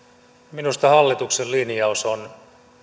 minusta hallituksen linjaus on